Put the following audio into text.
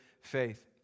faith